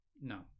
No